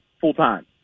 full-time